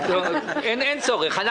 אין צורך.